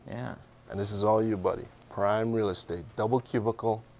and this is all you, buddy. prime real estate. double cubicle.